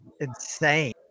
insane